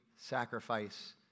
sacrifice